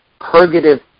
purgative